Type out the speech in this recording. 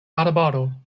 arbaro